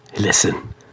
listen